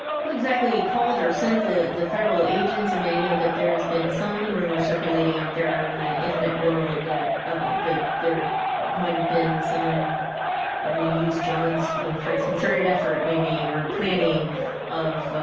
who exactly called or sent to the federal agents? i mean, i know that there's been some rumors circulating out there in the internet world that ah that there might have been some i'm gonna use john's, you know phrase concerted effort maybe or planning of ah,